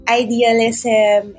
idealism